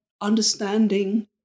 understanding